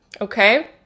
okay